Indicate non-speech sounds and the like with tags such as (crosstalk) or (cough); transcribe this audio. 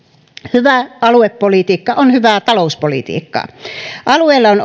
hyvä aluepolitiikka on hyvää talouspolitiikkaa alueilla on (unintelligible)